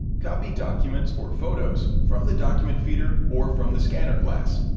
copy documents or photos from the document feeder or from the scanner glass.